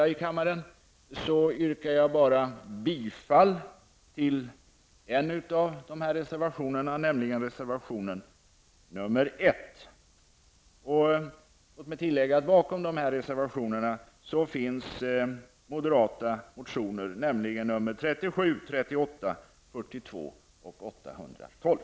Av för kammaren redan kända skäl nöjer jag mig dock med att yrka bifall till reservation 1. Jag vill bara tillägga att bakom dessa reservationer återfinns de moderata motionerna Ju37, 38, 42 och 812.